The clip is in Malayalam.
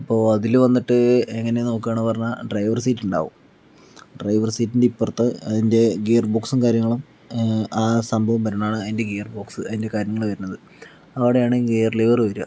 അപ്പോൾ അതിൽ വന്നിട്ട് എങ്ങനെ നോക്കണാ പറഞ്ഞാൽ ഡ്രൈവർ സീറ്റ് ഉണ്ടാവും ഡ്രൈവർ സീറ്റിൻ്റെ ഇപ്പുറത് അതിൻ്റെ ഗിയർ ബോക്സും കാര്യങ്ങളും ആ സംഭവം വരുന്നതാണ് അതിൻ്റെ ഗിയർ ബോക്സ് അതിൻ്റെ കാര്യങ്ങൾ വരുന്നത് അവിടെയാണ് ഗിയർ ലിവർ വരുക